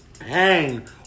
hang